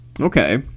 Okay